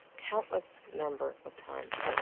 countless number of times,